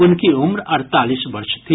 उनकी उम्र अड़तालीस वर्ष थी